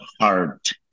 heart